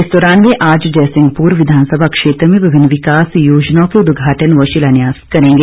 इस दौरान वे आज जयसिंहपुर विधानसभा क्षेत्र में विभिन्न विकास योजनाओं के उदघाटन व शिलान्यास करेंगे